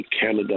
Canada